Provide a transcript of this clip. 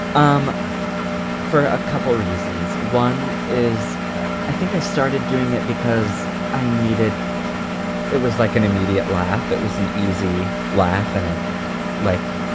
um for a couple reasons one is i think i started doing it because i needed it was like an immediate laugh it was an easy laugh. and it like,